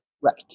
Right